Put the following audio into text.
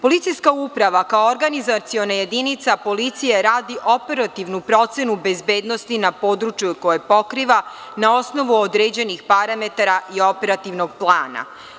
Policijska uprava, kao organizaciona jedinica policije, radi operativnu procenu bezbednosti na području koje pokriva, na osnovu određenih parametara i operativnog plana.